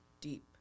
Deep